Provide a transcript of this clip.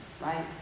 right